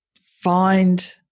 find